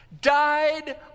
died